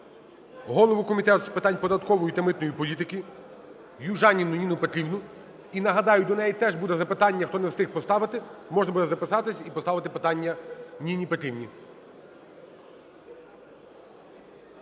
голову Комітету з питань податкової та митної політики Южаніну Ніну Петрівну. І нагадаю, до неї теж будуть запитання, хто не встиг поставити, можна буде записатись і поставити питання Ніні Петрівні.